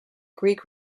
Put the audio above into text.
greek